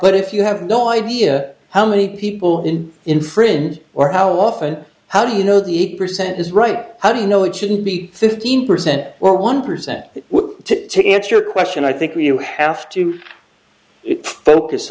but if you have no idea how many people in infringed or how often how do you know the eight percent is right how do you know it shouldn't be fifteen percent or one percent to answer your question i think we have to focus